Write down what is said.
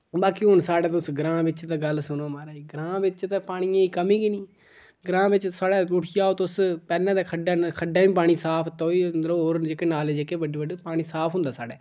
बाकी हून साढ़ै तुस ग्रांऽ बिच गल्ल सुनो माराज ग्रांऽ बिच ते पानियै दी कमी गै नेईं ग्रांऽ बिच्च साढ़ै उठी आओ तुस पैह्लें ते खड्डै ने खड्डै च पानी साफ तोहीं होर जेह्के नाले जेह्के बड्डे बड्डे पानी साफ होंदा साढ़ै